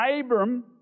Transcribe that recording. Abram